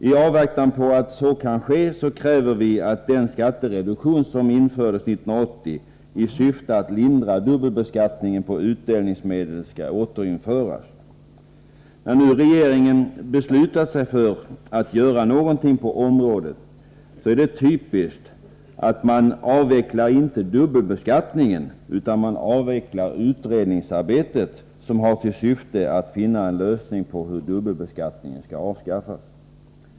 I avvaktan på att dubbelbeskattningen avskaffas kräver vi att den skattereduktion som infördes 1980 i syfte att lindra dubbelbeskattningen på utdelningsmedel skall återinföras. När nu regeringen beslutat sig för att göra något på området är det typiskt att man inte avvecklar dubbelbeskattningen utan det utredningsarbete som har till syfte att finna en lösning på frågan hur dubbelbeskattningen skall avskaffas.